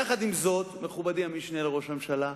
יחד עם זאת, מכובדי המשנה לראש הממשלה,